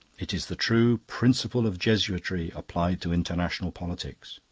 it is the true principle of jesuitry applied to international politics.